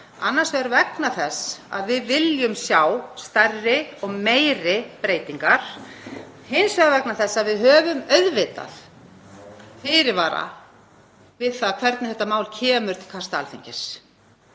annars vegar vegna þess að við viljum sjá stærri og meiri breytingar og hins vegar vegna þess að við setjum auðvitað fyrirvara við það hvernig þetta mál kemur til kasta Alþingis,